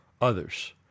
others